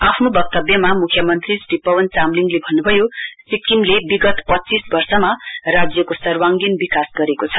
आफ्नो वक्तव्यमा मुख्यमन्त्री श्री पवन चामलिङले भन्नुभयो सिक्किमले विगत पञ्चीस वर्षमा राज्यको सर्वाङ्गी विकास गरेको छ